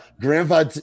grandpa